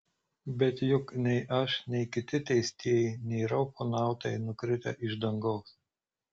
bet juk nei aš nei kiti teistieji nėra ufonautai nukritę iš dangaus